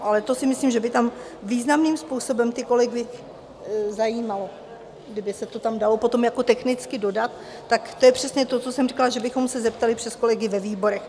Ale to si myslím, že by tam významným způsobem kolegy zajímalo, kdyby se to tam dalo potom jako technicky dodat, tak to je přesně to, co jsem říkala, že bychom se zeptali přes kolegy ve výborech.